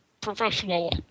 professional